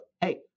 hey